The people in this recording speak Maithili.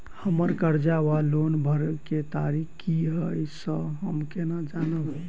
हम्मर कर्जा वा लोन भरय केँ तारीख की हय सँ हम केना जानब?